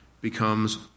becomes